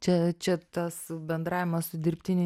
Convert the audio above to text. čia čia tas bendravimas su dirbtiniu